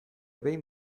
behin